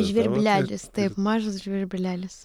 žvirblelis taip mažas žvirblelis